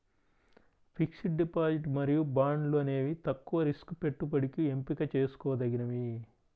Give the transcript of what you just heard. fixed deposit మరియు బాండ్లు అనేవి తక్కువ రిస్క్ పెట్టుబడికి ఎంపిక చేసుకోదగినవి